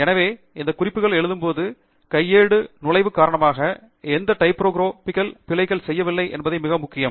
எனவே இந்த குறிப்புகள் எழுதும்போது கையேடு நுழைவு காரணமாக எந்த டைப்போக்ரா பிக்கள் பிழைகள் செய்யவில்லை என்பது மிகவும் முக்கியம்